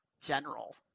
general